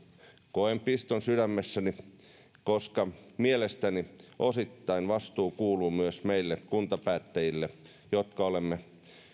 koen piston sydämessäni koska mielestäni osittain vastuu kuuluu myös meille kuntapäättäjille jotka olemme